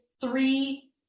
three